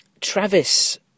Travis